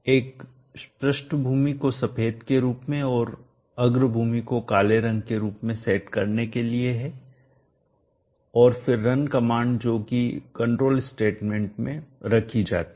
एक पृष्ठभूमि को सफेद के रूप में और अग्रभूमि को काले रंग के रूप में सेट करने के लिए है और फिर रन कमांड जोकि कंट्रोल स्टेटमेंट में रखी जाती है